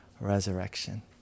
resurrection